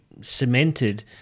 cemented